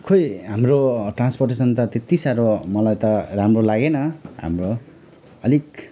खोई हाम्रो ट्रान्सपोर्टेसन त त्यत्ति साह्रो मलाई त राम्रो लागेन हाम्रो अलिक